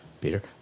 Peter